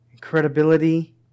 credibility